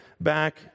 back